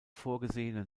vorgesehene